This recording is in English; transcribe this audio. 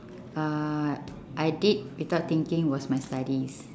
uh I did without thinking was my studies